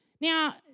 Now